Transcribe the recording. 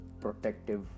protective